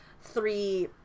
three